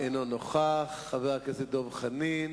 אלא גם ראש הממשלה כנראה יודע שיש כאן בעיה.